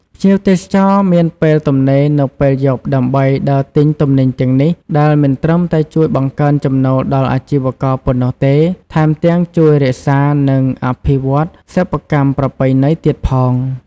ភ្ញៀវទេសចរមានពេលទំនេរនៅពេលយប់ដើម្បីដើរទិញទំនិញទាំងនេះ ដែលមិនត្រឹមតែជួយបង្កើនចំណូលដល់អាជីវករប៉ុណ្ណោះទេ ថែមទាំងជួយរក្សា និងអភិវឌ្ឍសិប្បកម្មប្រពៃណីទៀតផង។